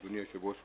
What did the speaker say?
אדוני היושב-ראש,